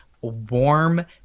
warm